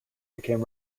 became